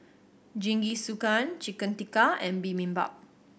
Jingisukan Chicken Tikka and Bibimbap